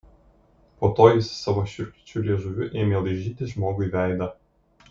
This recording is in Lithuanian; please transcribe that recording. po to jis savo šiurkščiu liežuviu ėmė laižyti žmogui veidą